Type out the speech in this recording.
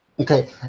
Okay